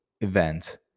event